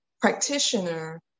practitioner